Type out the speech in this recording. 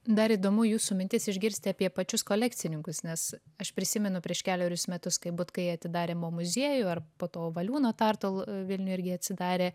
dar įdomu jūsų mintis išgirsti apie pačius kolekcininkus nes aš prisimenu prieš kelerius metus kai butkai atidarė mo muziejų ar po to valiūno tartul vilniuje irgi atsidarė